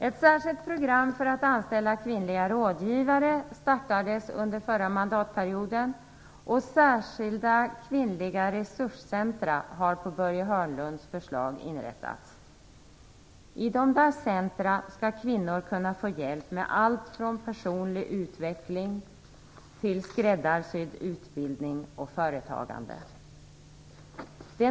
Ett särskilt program för att anställa kvinnliga rådgivare startades under den förra mandatperioden och särskilda kvinnliga resurscentra har på Börje Hörnlunds förslag inrättats. I dessa centra skall kvinnor kunna få hjälp med allt från personlig utveckling till skräddarsydd utbildning och företagande.